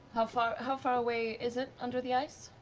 how far how far away is it under the ice?